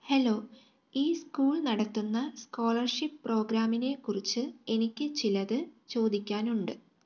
hello ഈ school നടത്തുന്ന scholarship പ്രോഗ്രാമിനെക്കുറിച്ച് എനിക്ക് ചിലത് ചോദിക്കാനുണ്ട്